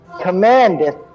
Commandeth